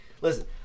Listen